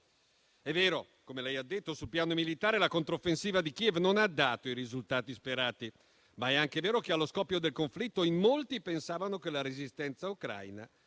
È vero, come lei ha detto, sul piano militare la controffensiva di Kiev non ha dato i risultati sperati, ma è anche vero che allo scoppio del conflitto in molti pensavano che la resistenza ucraina